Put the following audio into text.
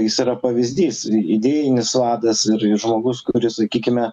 jis yra pavyzdys idėjinis vadas ir ir žmogus kuris sakykime